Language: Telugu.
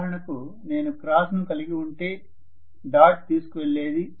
ఉదాహరణకు నేను క్రాస్ లు కలిగి ఉంటే డాట్ తీసుకెళ్ళేది